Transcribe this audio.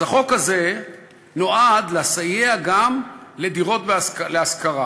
אז החוק הזה נועד לסייע גם לדירות להשכרה.